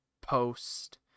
post